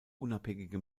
unabhängige